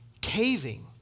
caving